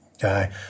guy